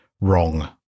wrong